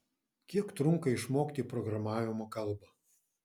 kiek trunka išmokti programavimo kalbą